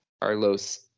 Carlos